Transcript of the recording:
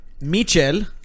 Michel